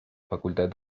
facultad